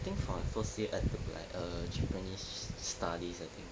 think for my first year I took like uh japanese studies I think